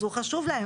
אז הוא חשוב לה.